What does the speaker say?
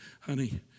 honey